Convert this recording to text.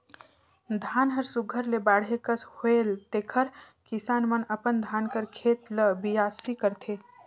धान हर सुग्घर ले बाढ़े कस होएल तेकर किसान मन अपन धान कर खेत ल बियासी करथे